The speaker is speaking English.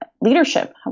leadership